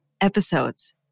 episodes